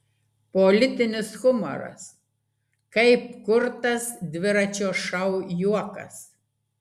politinis humoras kaip kurtas dviračio šou juokas